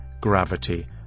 gravity